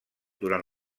durant